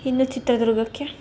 ಇನ್ನು ಚಿತ್ರದುರ್ಗಕ್ಕೆ